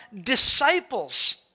disciples